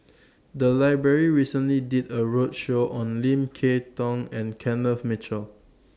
The Library recently did A roadshow on Lim Kay Tong and Kenneth Mitchell